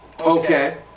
Okay